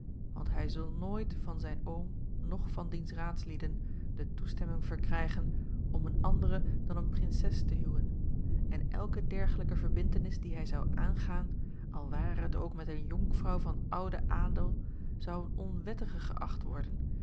want hij zal nooit van zijn oom noch van diens raadslieden de toestemming verkrijgen om eene andere dan eene prinses te huwen en elke dergelijke verbintenis die hij zou aangaan al ware het ook met eene jonkvrouw van ouden adel zou eene onwettige geacht worden